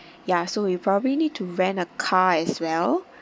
yeah so we probably need to rent a car as well